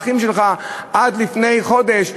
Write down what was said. האחים שלך עד לפני חודש.